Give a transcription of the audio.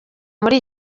muri